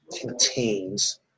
contains